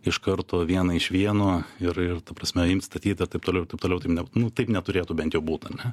iš karto vieną iš vieno ir ir ta prasme imt statyt ir taip toliau ir taip toliau tai nu taip neturėtų bent jau būt ane